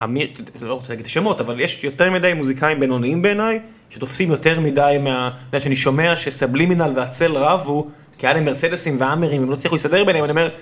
אני לא רוצה להגיד שמות אבל יש יותר מדי מוזיקאים בינוניים בעיניי שתופסים יותר מדי מה שאני שומע שסבלימינל והצל רבו, כי היה להם מרצדסים והאמרים הם לא הצליחו להסתדר ביניהם, אני אומר